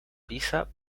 pizza